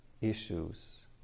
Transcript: issues